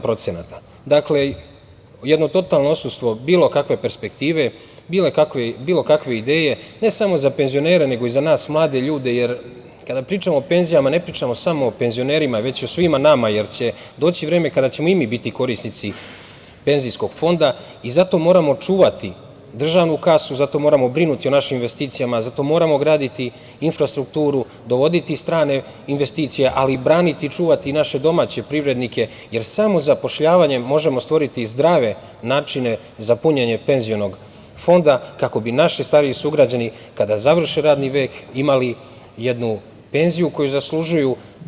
Dakle, jedno totalno odsustvo bilo kakve perspektive, bilo kakve ideje ne samo za penzionere, nego i za nas mlade ljude, jer kada pričamo o penzijama, ne pričamo samo o penzionerima, već o svima nama, jer će doći vreme kada ćemo i mi biti korisnici penzijskog fonda i zato moramo čuvati državnu kasu, zato moramo brinuti o našim investicijama, zato moramo graditi infrastrukturu, dovoditi strane investicije, ali i braniti i čuvati naše domaće privrednike, jer samo zapošljavanjem možemo stvoriti zdrave načine za punjenje penzionog fonda, kako bi naši stariji sugrađani, kada završe radni vek, imali jednu penziju koju zaslužuju.